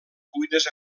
cuines